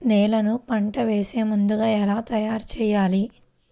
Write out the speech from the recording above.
నేలను పంట వేసే ముందుగా ఎలా తయారుచేయాలి?